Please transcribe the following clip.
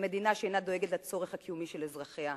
למדינה שאינה דואגת לצורך הקיומי של אזרחיה.